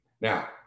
now